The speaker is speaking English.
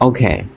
Okay